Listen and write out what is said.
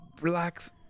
relax